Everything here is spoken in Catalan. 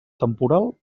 temporal